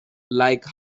like